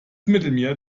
mittelmeer